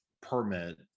permit